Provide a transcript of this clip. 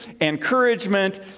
encouragement